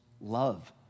love